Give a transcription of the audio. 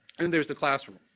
and there's the classroom.